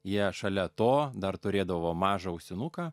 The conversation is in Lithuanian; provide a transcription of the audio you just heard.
jie šalia to dar turėdavo mažą ausinuką